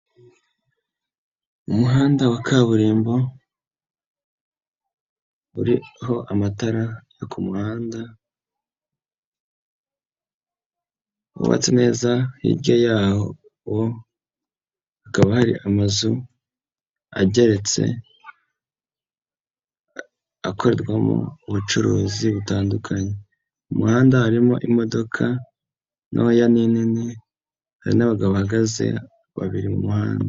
Umuhanda wa kaburimbo, uriho amatara yo ku muhanda wubatse neza, hirya yawo hakaba hari amazu ageretse, akorerwamo ubucuruzi butandukanye. Ku muhanda harimo imodoka ntoya n'inini, hari n'abagabo bahagaze babiri mu muhanda.